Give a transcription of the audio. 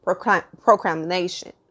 proclamation